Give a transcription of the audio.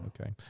Okay